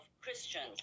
Christians